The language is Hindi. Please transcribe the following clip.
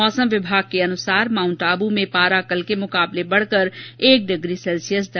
मौसम विभाग के अनुसार माउंट आबू में पारा कल के मुकाबले बढ़कर एक डिग्री सैल्सियस दर्ज किया गया